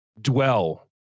dwell